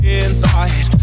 inside